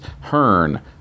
Hearn